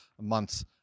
months